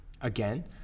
Again